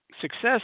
Success